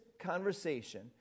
conversation